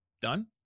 Done